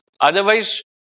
Otherwise